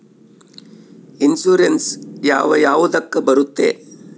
Insurance ಯಾವ ಯಾವುದಕ್ಕ ಬರುತ್ತೆ?